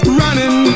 running